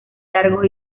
largos